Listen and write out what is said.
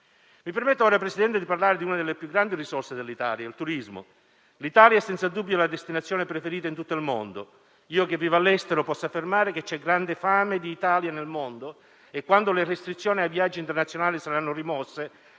Mi permetto ora, Presidente, di parlare di una delle più grandi risorse dell'Italia: il turismo. L'Italia è senza dubbio la destinazione preferita in tutto il mondo. Io che vivo all'estero posso affermare che c'è grande fame di Italia nel mondo e, quando le restrizioni ai viaggi internazionali saranno rimosse,